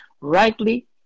rightly